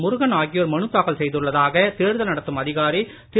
முருகன் ஆகியோர் மனு தாக்கல் செய்துள்ளதாக தேர்தல் நடத்தும் அதிகாரி திரு